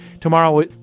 Tomorrow